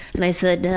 and i said,